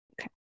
Okay